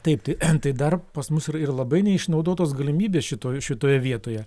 taip tai tai dar pas mus yra ir labai neišnaudotos galimybės šitoj šitoje vietoje